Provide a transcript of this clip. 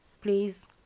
please